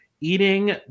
eating